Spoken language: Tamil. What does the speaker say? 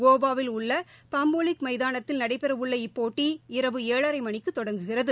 கோவாவில் உள்ள பாம்போலிம் மைதானத்தில் நடைபெறவுள்ள இப்போட்டி இரவு ஏழரை மணிக்கு தொடங்குகிறது